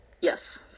Yes